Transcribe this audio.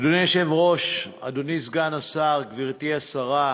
אדוני היושב-ראש, אדוני סגן השר, גברתי השרה,